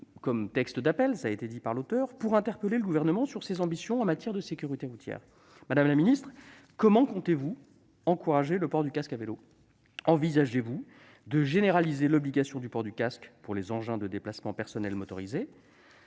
comme texte d'appel, pour interpeller le Gouvernement sur ses ambitions en matière de sécurité routière. Madame la ministre, comment comptez-vous encourager le port du casque à vélo ? Envisagez-vous de généraliser l'obligation du port du casque pour les engins de déplacement personnel motorisés ?